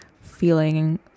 feeling